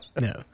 no